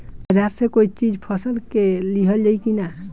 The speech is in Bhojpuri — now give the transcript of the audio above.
बाजार से कोई चीज फसल के लिहल जाई किना?